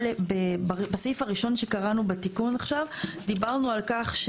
בסעיף הראשון שקראנו בתיקון עכשיו, דיברנו על כך,